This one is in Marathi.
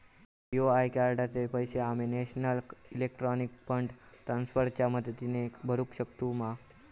बी.ओ.आय कार्डाचे पैसे आम्ही नेशनल इलेक्ट्रॉनिक फंड ट्रान्स्फर च्या मदतीने भरुक शकतू मा?